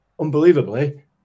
unbelievably